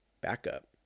Backup